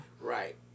Right